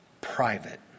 private